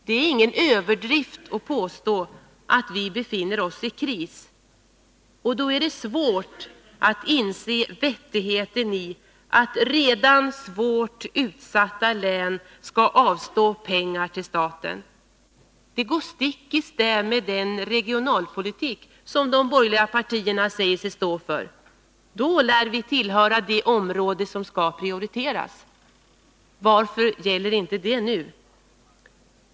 Det är ingen överdrift att påstå att vi befinner oss i kris, och då är det svårt att inse det vettiga i att redan svårt utsatta län skall avstå pengar till staten. Det går stick i stäv mot den regionalpolitik som de borgerliga partierna säger sig stå för. Då lär vi tillhöra det område som skall prioriteras! Varför gäller inte detta nu?